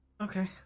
Okay